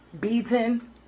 beaten